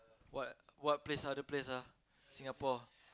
what what place other place ah Singapore